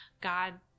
God